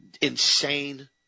insane